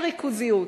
אין ריכוזיות,